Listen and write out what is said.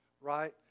right